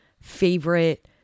favorite